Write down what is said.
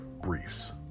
briefs